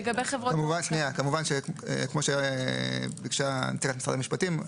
כמו שביקשה נציגת משרד המשפטים,